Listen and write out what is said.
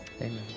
Amen